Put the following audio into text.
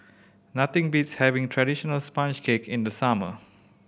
nothing beats having traditional sponge cake in the summer